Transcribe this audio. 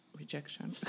Rejection